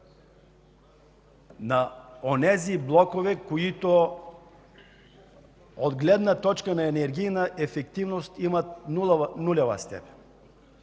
на онези блокове, които от гледна точка на енергийна ефективност имат нулева степен.